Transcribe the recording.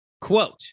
quote